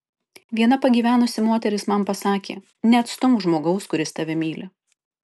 viena pagyvenusi moteris man pasakė neatstumk žmogaus kuris tave myli